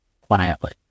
quietly